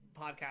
Podcast